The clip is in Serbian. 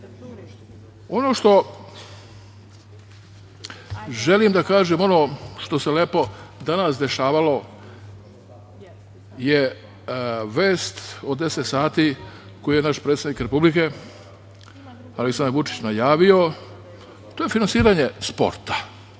što želim da kažem, ono lepo što se danas dešavalo je vest od 10.00 časova koju je naš predsednik Republike Aleksandar Vučić najavio. To je finansiranje sporta,